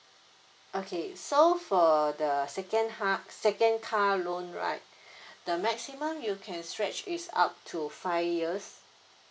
okay so for the second half second car loan right the maximum you can stretch is up to five years